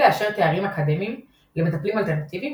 לאשר תארים אקדמיים למטפלים אלטרנטיביים,